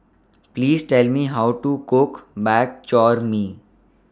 Please Tell Me How to Cook Bak Chor Mee